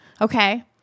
Okay